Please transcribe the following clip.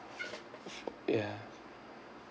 ya